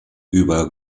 über